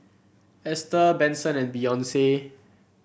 Ester Benson and Beyonce